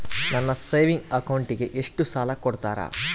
ನನ್ನ ಸೇವಿಂಗ್ ಅಕೌಂಟಿಗೆ ಎಷ್ಟು ಸಾಲ ಕೊಡ್ತಾರ?